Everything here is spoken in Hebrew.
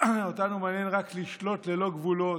אותנו מעניין רק לשלוט ללא גבולות,